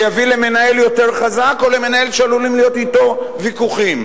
זה יביא למנהל יותר חזק או למנהל שעלולים להיות אתו ויכוחים?